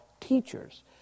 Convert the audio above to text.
teachers